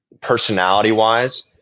personality-wise